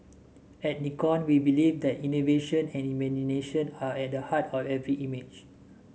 at Nikon we believe that innovation and imagination are at heart of every image